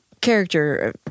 character